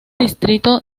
distrito